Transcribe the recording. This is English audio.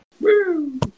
Woo